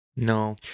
No